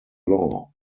law